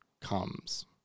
comes